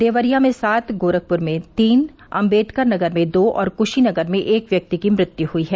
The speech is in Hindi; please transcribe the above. देवरिया में सात गोरखपूर में तीन अम्बेडकर नगर में दो और कुशीनगर में एक व्यक्ति की मृत्यु हुई है